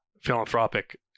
philanthropic